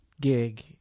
gig